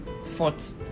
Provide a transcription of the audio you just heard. Fought